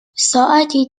ساعتی